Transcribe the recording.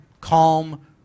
calm